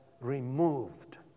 removed